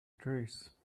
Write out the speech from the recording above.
trees